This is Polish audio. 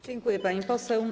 Dziękuję, pani poseł.